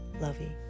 Lovey